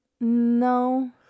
No